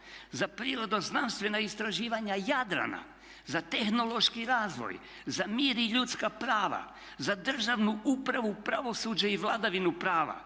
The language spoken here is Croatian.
za prirodno-znanstvena istraživanja Jadrana, za tehnološki razvoj, za mir i ljudska prava, za državnu upravu, pravosuđe i vladavinu prava,